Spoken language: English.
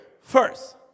first